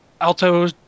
alto